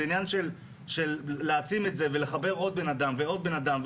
זה עניין של להעצים את זה ולחבר עוד בן אדם ועוד בן אדם,